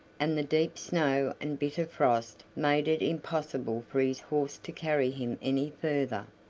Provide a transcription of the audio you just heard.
and the deep snow and bitter frost made it impossible for his horse to carry him any further.